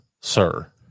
sir